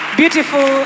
beautiful